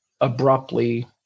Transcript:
abruptly